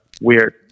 weird